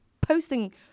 posting